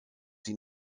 sie